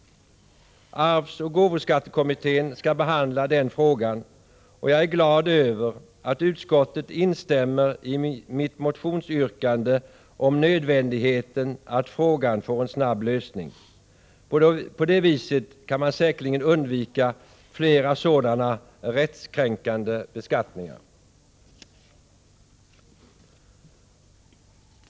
Arvsoch gåvoskattekommittén skall behandla den frågan, och jag är glad över att utskottet instämmer i mitt motionsyrkande om nödvändigheten av att frågan får en snabb lösning. På det viset kan man säkerligen undvika fler sådana rättskränkande beskattningar.